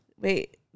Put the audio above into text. wait